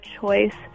choice